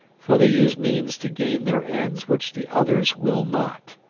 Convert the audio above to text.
for they use means to gain their ends which the others will not.